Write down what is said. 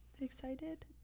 excited